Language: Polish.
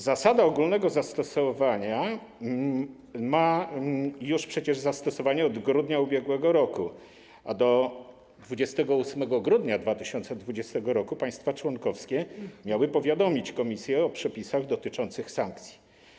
Zasada ogólnego zastosowania ma już przecież zastosowanie od grudnia ub.r., a do 28 grudnia 2020 r. państwa członkowskie miały powiadomić komisję o przepisach dotyczących sankcji.